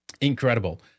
incredible